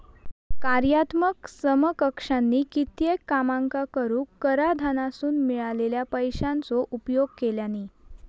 कार्यात्मक समकक्षानी कित्येक कामांका करूक कराधानासून मिळालेल्या पैशाचो उपयोग केल्यानी